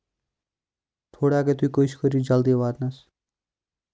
تھوڑا اَگر تُہۍ کوٗشِش کٔرِو جلدی واتنَس